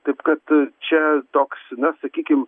taip kad čia toks na sakykim